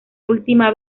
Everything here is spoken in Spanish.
última